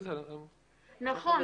נכון,